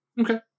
okay